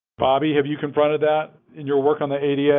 bobby, have you confronted that in your work on the ada?